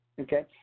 Okay